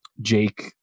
jake